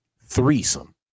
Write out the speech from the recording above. threesome